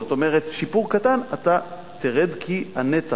זאת אומרת, שיפור קטן, אתה תרד, כי הנתח